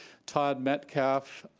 todd metcalf,